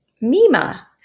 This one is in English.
Mima